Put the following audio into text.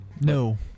no